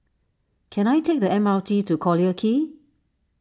can I take the M R T to Collyer Quay